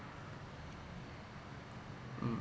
mm